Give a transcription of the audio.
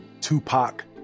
Tupac